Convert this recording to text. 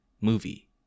movie